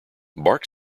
bark